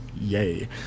Yay